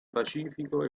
pacifico